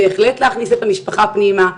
בהחלט להכניס את המשפחה פנימה.